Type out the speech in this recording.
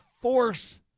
force